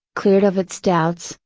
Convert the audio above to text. cleared of its doubts,